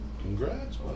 Congrats